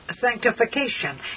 sanctification